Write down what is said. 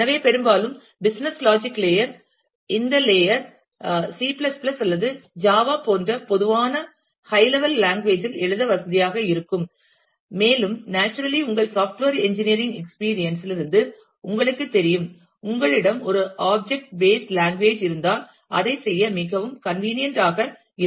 எனவே பெரும்பாலும் business logic layer இந்த லேயர் சி C அல்லது ஜாவா போன்ற பொதுவான பொதுவான ஹைய் லெவல் லாங்குவேஜ் இல் எழுத வசதியாக இருக்கும் மேலும் நேச்சுரலி உங்கள் சாப்ட்வேர் எஞ்சினியரிங் எக்ஸ்பீரியன்ஸ் லிருந்து உங்களுக்குத் தெரியும் உங்களிடம் ஒரு ஆப்ஜெக்ட் பேஸ்ட் லாங்குவேஜ் இருந்தால் அதைச் செய்ய மிகவும் கன்வினியன்ட் ஆக இருக்கும்